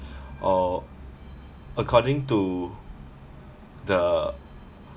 uh according to the